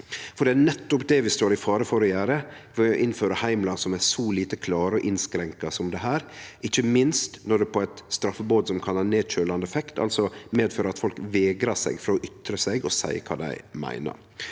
it». Det er nettopp det vi står i fare for å gjere ved å innføre heimlar som er så lite klare og så innskrenka som desse, ikkje minst når det er for eit straffebod som kan ha nedkjølande effekt, altså medføre at folk vegrar seg for å ytre seg og seie kva dei meiner.